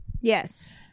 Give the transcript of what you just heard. Yes